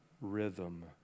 rhythm